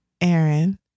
Aaron